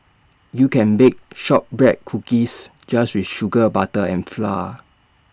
you can bake Shortbread Cookies just with sugar butter and flour